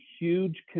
huge